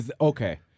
Okay